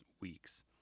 weeks